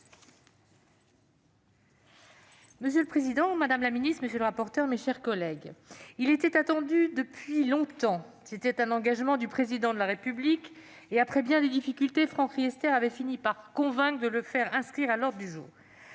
Monsieur le président, madame la ministre, mes chers collègues, il était attendu depuis longtemps ! C'était un engagement du Président de la République, et, après bien des difficultés, Franck Riester avait fini par convaincre de le faire inscrire à l'ordre du jour.